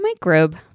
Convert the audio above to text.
microbe